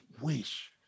wish